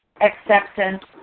acceptance